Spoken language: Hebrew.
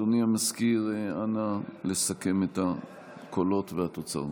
אדוני המזכיר, נא לסכם את הקולות והתוצאות.